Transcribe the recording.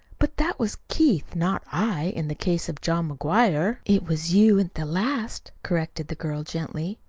but that was keith, not i, in the case of john mcguire. it was you at the last, corrected the girl gently.